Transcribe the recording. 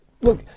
Look